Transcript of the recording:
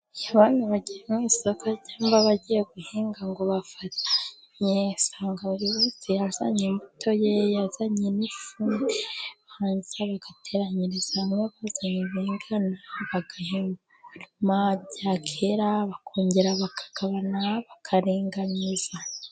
Iyo abantu bagiye mu isoko cyangwa bagiye guhinga ngo bafatanye usanga buri wese yazanye imbuto ye yazanye n'ifumbire hanze, bagateranyiriza hamwe bazanye bigana bagahema bya kera bakongera bakagabana bakaringaniza.